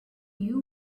you